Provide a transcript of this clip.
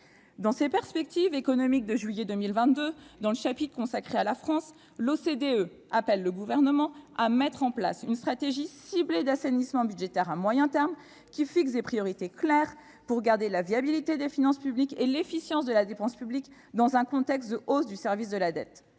Dans les perspectives économiques publiées en juillet 2022, l'OCDE appelle le Gouvernement à mettre en place une stratégie ciblée d'assainissement budgétaire à moyen terme, en fixant des priorités claires pour sauvegarder la viabilité des finances publiques et l'efficience de la dépense publique dans un contexte de hausse du service de la dette.